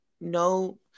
no